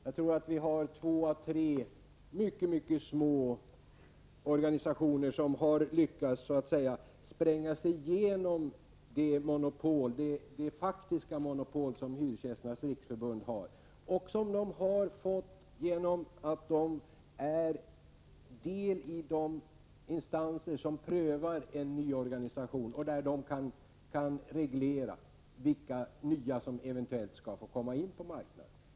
Jag tror att vi har två eller tre mycket små organisationer som har lyckats så att säga spränga sig igenom det faktiska monopol som Hyresgästernas riksförbund har. Förbundet har fått monopol genom att det är en av de instanser som prövar en ny organisation. De kan därmed reglera vilka som eventuellt skall få komma in på marknaden.